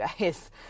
guys